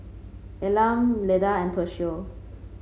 Elam Leda and Toshio